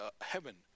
heaven